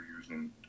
using